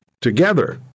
together